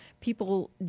people